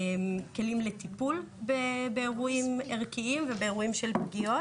כלים לטיפול באירועים ערכיים ובאירועים של פגיעות,